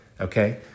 okay